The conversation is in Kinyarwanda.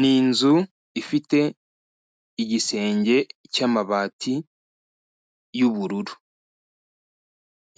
Ni inzu ifite igisenge cy'amabati y'ubururu.